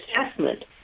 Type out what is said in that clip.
assessment